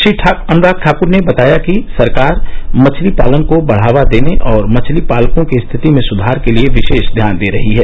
श्री अनुराग ठाकुर ने बताया कि सरकार मछली पालन को बढ़ावा देने और मछली पालकों की रिथति में सुधार के लिए विशेष ध्यान दे रही है